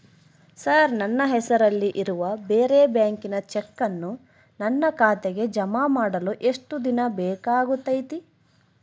Sir ನನ್ನ ಹೆಸರಲ್ಲಿ ಇರುವ ಬೇರೆ ಬ್ಯಾಂಕಿನ ಚೆಕ್ಕನ್ನು ನನ್ನ ಖಾತೆಗೆ ಜಮಾ ಮಾಡಲು ಎಷ್ಟು ದಿನ ಬೇಕಾಗುತೈತಿ?